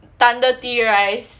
thunder tea right